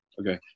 Okay